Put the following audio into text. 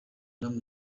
namwe